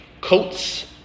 coats